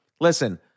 listen